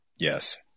Yes